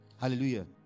Hallelujah